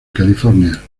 california